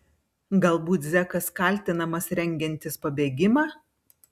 galbūt zekas kaltinamas rengiantis pabėgimą